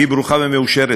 היי ברוכה ומאושרת.